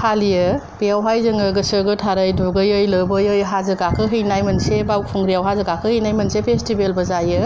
फालियो बेवहाय जोङो गोसो गोथारै दुगैयै लोबैयै हाजो गाखोहैनाय मोनसे बावखुंग्रिआव हाजो गाखोहैनाय मोनसे फेस्टिभेल बो जायो